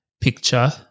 picture